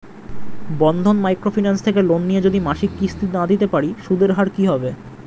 বন্ধন micro finance থেকে loan নিয়ে যদি মাসিক কিস্তি না দিতে পারি সুদের হার কি হবে?